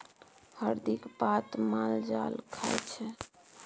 हरदिक पात माल जाल खाइ छै